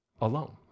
alone